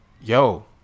yo